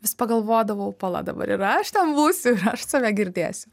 vis pagalvodavau pala dabar ir aš ten būsiu ir aš tave girdėsiu